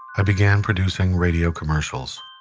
i began producing radio commercials.